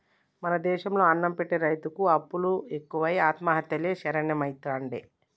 మన దేశం లో అన్నం పెట్టె రైతుకు అప్పులు ఎక్కువై ఆత్మహత్యలే శరణ్యమైతాండే